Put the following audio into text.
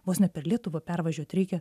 vos ne per lietuvą pervažiuot reikia